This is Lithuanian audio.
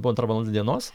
buvo antra valanda dienos